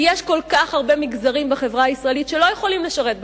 כי יש כל כך הרבה מגזרים בחברה הישראלית שלא יכולים לשרת בצבא.